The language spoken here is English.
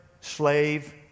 slave